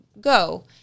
go